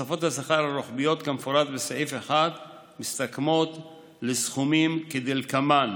תוספות השכר הרוחביות כמפורט בסעיף 1 מסתכמות לסכומים כדלקמן: